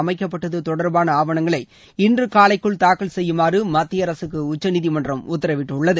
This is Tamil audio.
அமைக்கப்பட்டது தொடர்பான ஆவணங்களை இன்று காலைக்குள் தாக்கல் செய்யுமாறு மத்திய அரசுக்குஉச்சநீதிமன்றம் உத்தரவிட்டுள்ளது